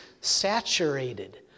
saturated